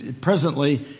presently